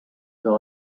guy